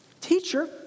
Teacher